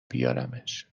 بیارمش